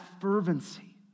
fervency